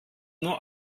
nur